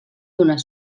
donar